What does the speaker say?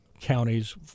counties